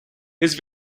his